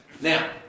Now